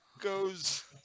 goes